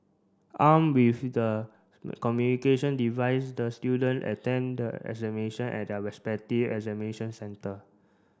arm with the communication device the student attend the examination at their respective examination centre